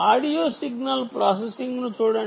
audio signal ప్రాసెసింగ్ను చూడండి